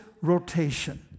rotation